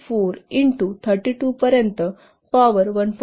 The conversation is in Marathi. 4 इंटू 32 पर्यंत पॉवर 1